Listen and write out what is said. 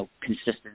consistent